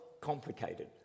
complicated